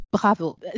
Bravo